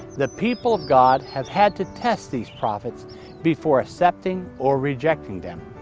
the people of god have had to test these prophets before accepting or rejecting them.